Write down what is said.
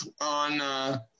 on